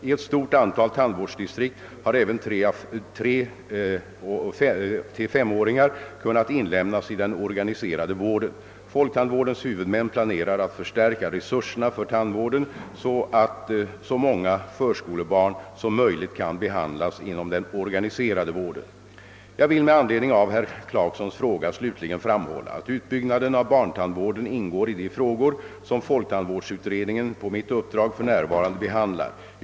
I ett stort antal tandvårdsdistrikt har även 3—5 åringar kunnat inlemmas i den organiserade vården. Folktandvårdens huvudmän planerar att förstärka resurserna för tandvården så att så många förskolebarn som möjligt kan behandlas inom den organiserade vården. Jag vill med anledning av herr Clarksons fråga slutligen framhålla, att utbyggnaden av barntandvården ingår i de frågor som folktandvårdsutredningen på mitt uppdrag för närvarande behandlar.